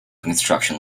construction